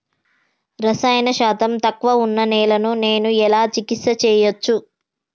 రసాయన శాతం తక్కువ ఉన్న నేలను నేను ఎలా చికిత్స చేయచ్చు?